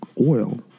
Oil